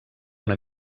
una